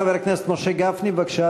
חבר הכנסת משה גפני, בבקשה,